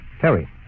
Terry